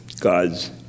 God's